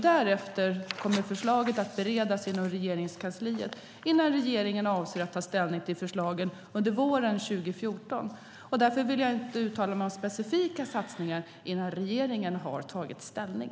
Därefter kommer förslaget att beredas inom Regeringskansliet innan regeringen avser att ta ställning till förslagen under våren 2014. Därför vill jag inte uttala mig om specifika satsningar innan regeringen har tagit ställning.